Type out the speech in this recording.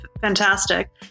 fantastic